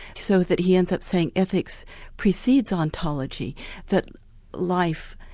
so that he ends up saying ethics precedes ontology that life,